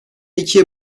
ikiye